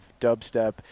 dubstep